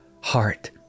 heart